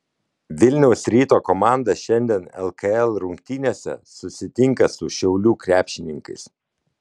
vilniaus ryto komanda šiandien lkl rungtynėse susitinka su šiaulių krepšininkais